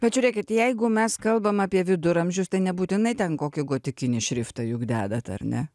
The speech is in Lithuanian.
bet žiūrėkit jeigu mes kalbam apie viduramžius tai nebūtinai ten kokį gotikinį šriftą juk dedat ar ne